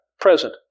present